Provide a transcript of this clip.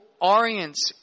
orients